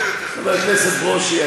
חבר הכנסת ברושי,